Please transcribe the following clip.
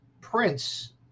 Prince